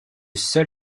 seul